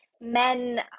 men